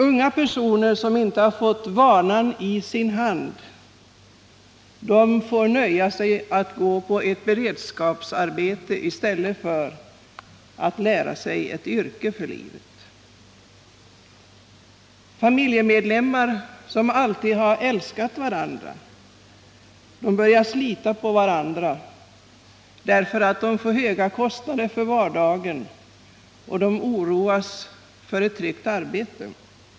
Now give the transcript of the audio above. Unga personer som inte fått vanan i sin hand får nöja sig med att gå på beredskapsarbete i stället för att lära ett yrke för livet. Familjemedlemmar som alltid älskat varandra börjar slita på varandra därför att de får höga kostnader för vardagen och oroas för tryggheten i arbetet.